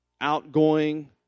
outgoing